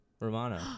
Romano